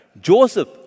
Joseph